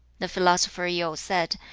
the philosopher yu said,